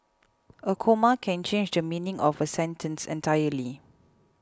a comma can change the meaning of a sentence entirely